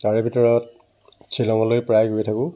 তাৰে ভিতৰত শ্বিলঙলৈ প্ৰায় গৈ থাকোঁ